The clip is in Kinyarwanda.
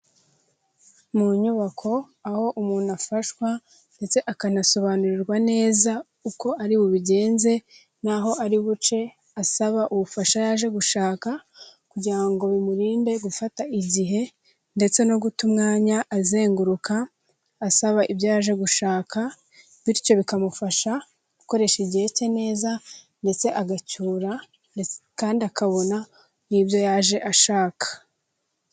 Mu nyubako, aho umuntu afashwa, ndetse akanasobanurirwa neza, uko ari bubigenze, n'aho ari buce, asaba ubufasha yaje gushaka, kugira ngo bimurinde gufata igihe, ndetse no guta umwanya azenguruka, asaba ibyo yaje gushaka, bityo bikamufasha gukoresha igihe cye neza, ndetse agacyura, kandi akabona n'ibyo yaje ashaka.